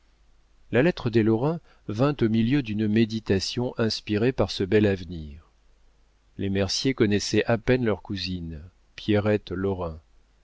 la lettre des lorrain vint au milieu d'une méditation inspirée par ce bel avenir les merciers connaissaient à peine leur cousine pierrette lorrain